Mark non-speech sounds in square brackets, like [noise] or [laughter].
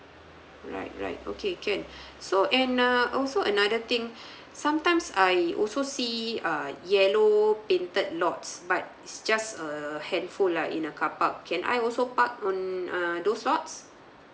right right okay can [breath] so and ah also another thing sometimes I also see uh yellow painted lots but it's just a handful lah in a car park can I also park on uh those lots